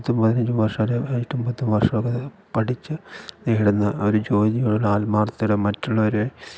പത്തും പതിനഞ്ചും വർഷം വരെയായിട്ടും എട്ടും പത്തും വർഷമൊക്കെ പഠിച്ച് നേടുന്ന ഒരു ജോലിയോടുള്ള ആത്മാർത്ഥതയില് മറ്റുള്ളവരെ